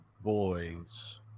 boys